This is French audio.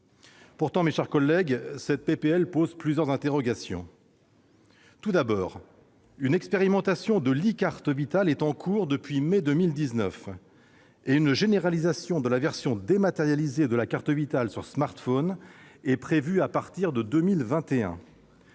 Reste, mes chers collègues, que cette proposition de loi soulève plusieurs interrogations. D'abord, une expérimentation de la e-carte Vitale est en cours depuis mai dernier, et une généralisation de la version dématérialisée de la carte Vitale sur smartphone est prévue à partir de 2021.